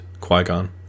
Qui-Gon